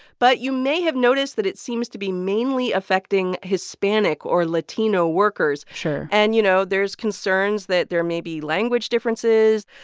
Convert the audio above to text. but you may have noticed that it seems to be mainly affecting hispanic or latino workers sure and, you know, there's concerns that there may be language differences.